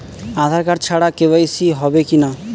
আধার card ছাড়া KYC হবে কিনা?